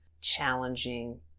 challenging